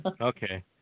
Okay